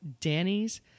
Danny's